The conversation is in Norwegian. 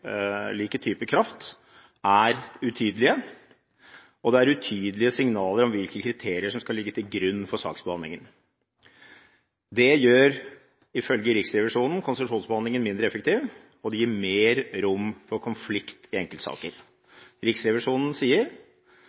typer kraft, er utydelige, og det er utydelige signaler om hvilke kriterier som skal ligge til grunn for saksbehandlingen. Det gjør, ifølge Riksrevisjonen, konsesjonsbehandlingen mindre effektiv og gir mer rom for konflikt i enkeltsaker. Riksrevisjonen sier: